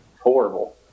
Horrible